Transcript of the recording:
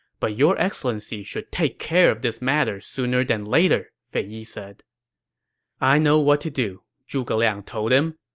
but your excellency should take care of this matter sooner than later, fei yi said i know what to do, zhuge liang told him.